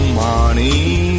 money